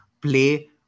play